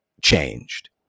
changed